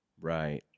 Right